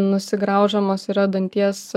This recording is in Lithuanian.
nusigraužamos yra danties